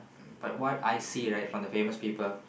but what I see right from the famous people